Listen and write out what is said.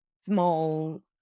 small